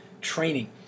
Training